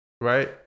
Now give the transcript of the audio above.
Right